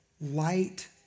light